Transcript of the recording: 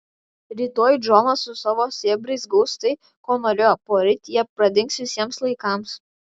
rytoj džonas su savo sėbrais gaus tai ko norėjo poryt jie pradings visiems laikams